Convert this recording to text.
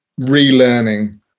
relearning